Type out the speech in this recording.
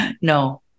no